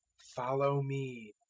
follow me.